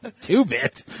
Two-bit